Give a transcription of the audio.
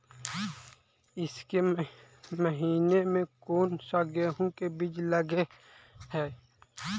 ईसके महीने मे कोन सा गेहूं के बीज लगे है?